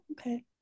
okay